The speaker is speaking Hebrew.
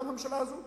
גם של הממשלה הזאת,